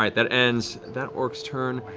um that ends that orc's turn.